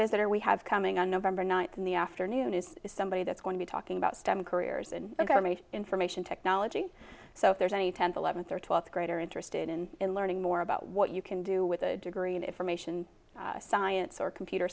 visitor we have coming on november ninth in the afternoon is somebody that's going to be talking about stem careers and government information technology so if there's any tenth eleventh or twelfth grader interested in learning more about what you can do with a degree in information science or computer